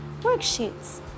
worksheets